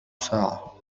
ساعة